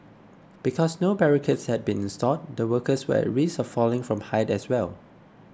because no barricades had been installed the workers were at risk of falling from height as well